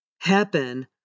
happen